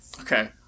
Okay